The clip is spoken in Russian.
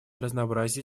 разнообразие